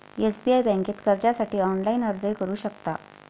SBI बँकेत कर्जासाठी online अर्जही करू शकता